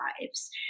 lives